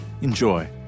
Enjoy